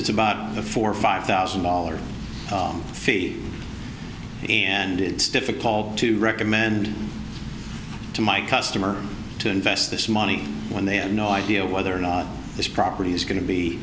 it's about a four or five thousand dollars fee and it's difficult to recommend to my customer to invest this money when they have no idea whether or not this property is going to be